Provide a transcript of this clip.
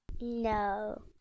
No